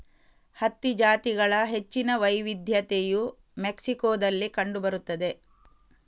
ಹತ್ತಿ ಜಾತಿಗಳ ಹೆಚ್ಚಿನ ವೈವಿಧ್ಯತೆಯು ಮೆಕ್ಸಿಕೋದಲ್ಲಿ ಕಂಡು ಬರುತ್ತದೆ